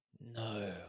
no